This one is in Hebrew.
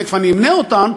ותכף אני אמנה אותן,